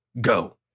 Go